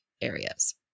areas